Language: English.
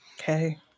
okay